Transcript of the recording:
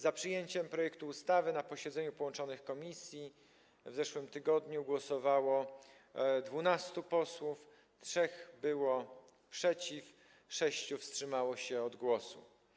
Za przyjęciem projektu ustawy na posiedzeniu połączonych komisji w zeszłym tygodniu głosowało 12 posłów, 3 było przeciw, 6 wstrzymało się od głosu.